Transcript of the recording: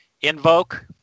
invoke